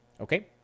okay